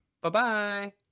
bye-bye